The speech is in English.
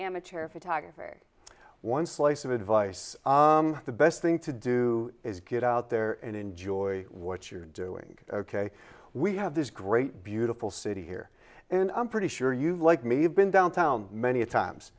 amateur photographer one slice of advice the best thing to do is get out there and enjoy what you're doing ok we have this great beautiful city here and i'm pretty sure you like me have been downtown many a times